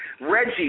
Reggie